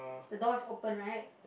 the door is open right